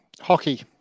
Hockey